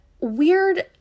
weird